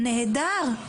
נהדר,